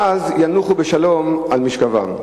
ואז ינוחו המתים בשלום על משכבם?